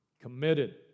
committed